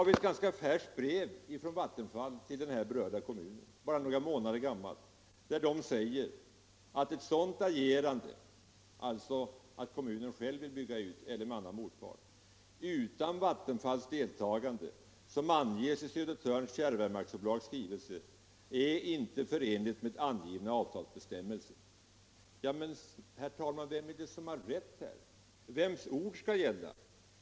I ett ganska färskt brev — det är bara några månader gammalt — från Vattenfall till den berörda kommunen sägs det ”att ett sådant agerande” — dvs. att kommunen själv eller med annan part vill bygga ut — ”utan Vattenfalls deltagande, som anges i Södertörns Fjärrvärmeaktiebolags skrivelse, är inte förenligt med angivna avtalsbestämmelser”. Men, herr talman, vem är det som har rätt här? Vems ord skall gälla?